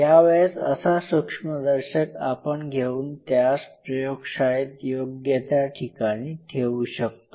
यावेळेस असा सूक्ष्मदर्शक आपण घेऊन त्यास प्रयोगशाळेत योग्य त्या ठिकाणी ठेवू शकतो